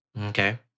Okay